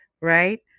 right